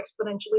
exponentially